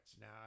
Now